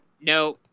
no